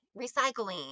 recycling